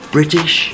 British